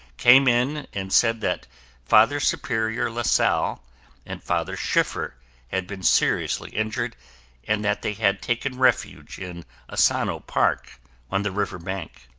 came in and said that father superior lasalle and father schiffer had been seriously injured and that they had taken refuge in asano park on the river bank.